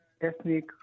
ethnic